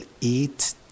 eat